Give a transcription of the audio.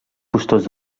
costós